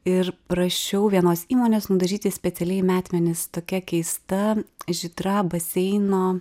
ir prašiau vienos įmonės nudažyti specialiai metmenis tokia keista žydra baseino